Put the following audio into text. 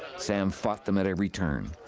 sam fought them at every turn.